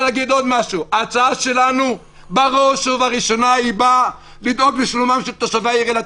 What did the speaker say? ההצעה שלנו בראש ובראשונה באה לדאוג לשלומם של תושבי העיר אילת,